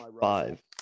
five